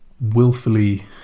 willfully